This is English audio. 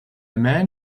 man